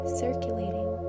circulating